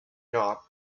knob